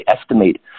estimate –